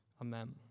Amen